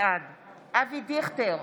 בעד אבי דיכטר,